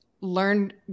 learned